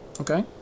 Okay